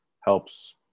helps